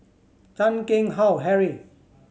Chan Keng Howe Harry